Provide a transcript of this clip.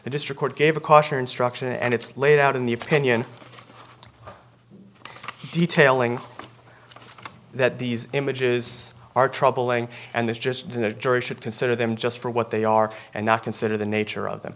the district court gave a caution or instruction and it's laid out in the opinion detailing that these images are troubling and this just the jury should consider them just for what they are and not consider the nature of them